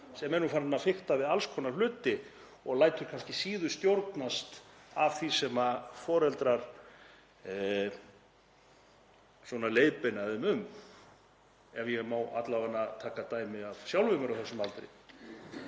sem er nú farinn að fikta við alls konar hluti og lætur kannski síður stjórnast af því sem foreldrar leiðbeina þeim um, ef ég má alla vega taka dæmi af sjálfum mér á þessum aldri.